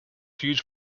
huge